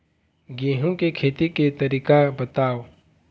गेहूं के खेती के तरीका बताव?